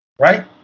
Right